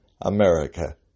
America